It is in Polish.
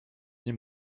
nie